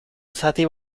zati